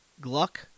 Gluck